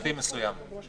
עובדתי משפטי מסוים.